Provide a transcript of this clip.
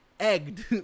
egged